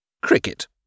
cricket